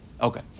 Okay